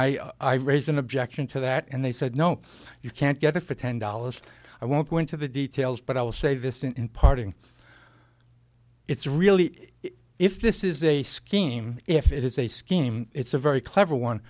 i i raised an objection to that and they said no you can't get it for ten dollars i won't go into the details but i will say this in parting it's really if this is a scheme if it is a scheme it's a very clever one